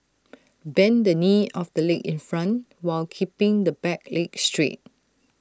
bend the knee of the leg in front while keeping the back leg straight